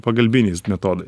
pagalbiniais metodai